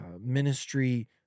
ministry